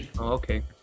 Okay